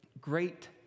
Great